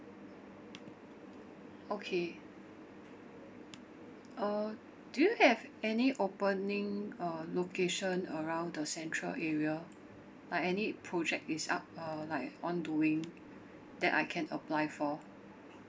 okay uh do you have any opening uh location around the central area like any project is up uh like on doing that I can apply for